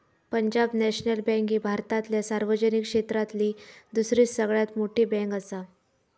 Punjab National Bank ही भारतातल्या सार्वजनिक क्षेत्रातली दुसरी सगळ्यात मोठी बँकआसा